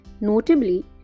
Notably